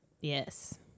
Yes